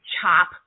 CHOP